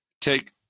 take